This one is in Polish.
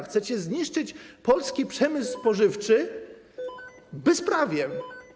Chcecie zniszczyć polski przemysł spożywczy bezprawiem.